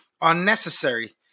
unnecessary